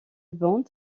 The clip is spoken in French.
bande